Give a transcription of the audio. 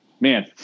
man